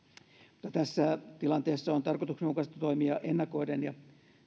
mutta tässä tilanteessa on tarkoituksenmukaista toimia ennakoiden ja